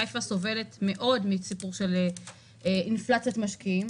חיפה סובלת מאוד מסיפור של אינפלציית משקיעים,